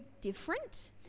different